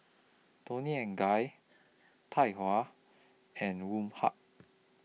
Toni and Guy Tahuna and Woh Hup